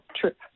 trip